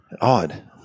Odd